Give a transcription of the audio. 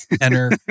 enter